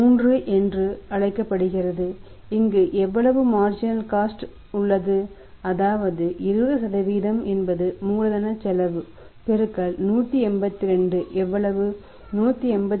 marginal cost உள்ளது அதாவது 20 என்பது மூலதனச் செலவு பெருக்கல் 182 எவ்வளவு 182